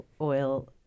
oil